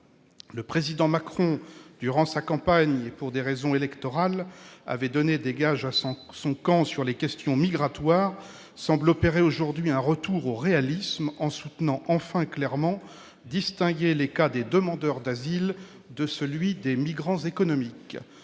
Le Président Macron qui, durant sa campagne, pour des raisons électorales, avait donné des gages à son camp sur les questions migratoires semble opérer aujourd'hui un retour au réalisme en souhaitant- enfin -clairement distinguer le cas des demandeurs d'asile de celui des migrants économiques.